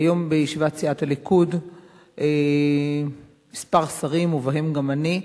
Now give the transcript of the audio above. היום בישיבת סיעת הליכוד כמה שרים, ובהם אני,